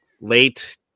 late